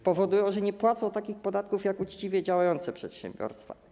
Powodują, że nie płacą takich podatków jak uczciwie działające przedsiębiorstwa.